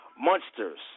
monsters